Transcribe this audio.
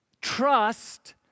trust